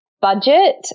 Budget